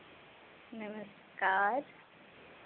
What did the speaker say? नमस्कार